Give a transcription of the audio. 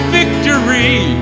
victory